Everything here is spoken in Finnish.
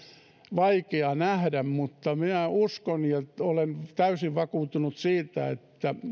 vaikea nähdä mutta minä uskon ja olen täysin vakuuttunut siitä että